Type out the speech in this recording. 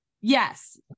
yes